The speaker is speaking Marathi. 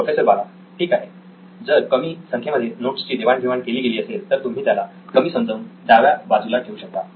प्रोफेसर बालाठीक आहे जर कमी संख्येमध्ये नोट्सची देवाण घेवाण केली गेली असेल तर तुम्ही त्याला कमी समजून डाव्या बाजूला ठेऊ शकता